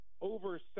over